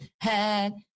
Head